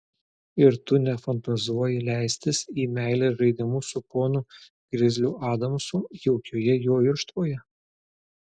ir tu nefantazuoji leistis į meilės žaidimus su ponu grizliu adamsu jaukioje jo irštvoje